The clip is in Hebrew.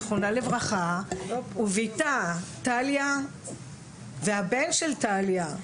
זיכרונה לברכה וביתה טליה והבן של טליה,